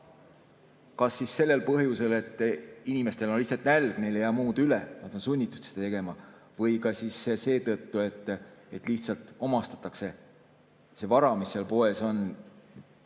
kas sellel põhjusel, et inimestel on lihtsalt nälg ja neil ei jää muud üle, nad on sunnitud seda tegema, või seetõttu, et lihtsalt omastada see vara, mis seal poes on,